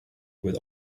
with